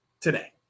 today